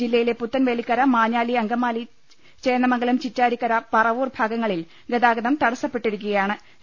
ജില്ലയിലെ പുത്തൻവേലിക്കര മാഞ്ഞാലി അങ്കമാലി ചേന്നമംഗലം ചിറ്റാ രിക്കര പറവൂർ ഭാഗങ്ങളിൽ ഗതാഗതം തടസ്സപ്പെട്ടിരിക്കുകയാ ണ്